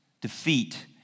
defeat